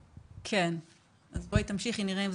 ימים בשבוע גם כשהוא היה חי והרגשתי שאני צריכה